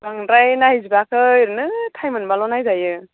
बांद्राय नायजोबाखै ओरैनो टाइम मोनबाल' नाजायो